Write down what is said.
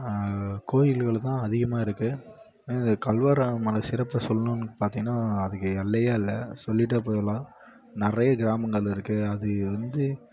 கோயில்களும் அதிகமாக இருக்குது இந்த கல்வராயன் மலை சிறப்பை சொல்லணுனு பார்த்திங்கனா அதுக்கு எல்லையே இல்லை சொல்லிகிட்டே போகலாம் நிறைய கிராமங்கள் இருக்குது அது வந்து